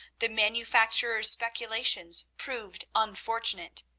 the manufacturer's speculations proved unfortunate,